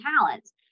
talents